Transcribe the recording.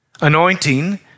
anointing